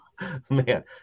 Man